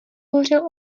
hořel